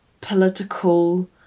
political